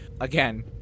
Again